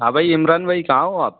हाँ भाई इमरान भाई कहाँ हो आप